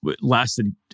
lasted